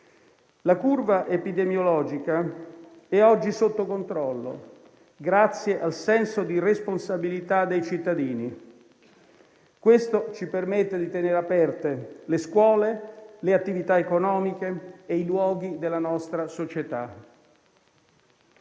La curva epidemiologica è oggi sotto controllo, grazie al senso di responsabilità dei cittadini. Questo ci permette di tenere aperte le scuole, le attività economiche e i luoghi della nostra società.